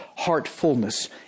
heartfulness